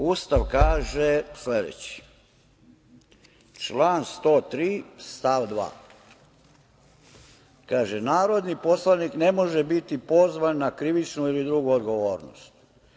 Ustav kaže sledeće, član 103. stav 2. - Narodni poslanik ne može biti pozvan na krivičnu ili drugu odgovornost.